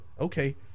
okay